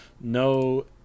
no